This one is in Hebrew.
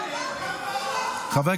קם והלך.